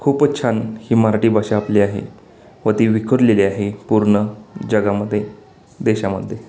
खूपच छान ही मराठी भाषा आपली आहे व ती विखुरलेली आहे पूर्ण जगामध्ये देशामध्ये